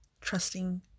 trusting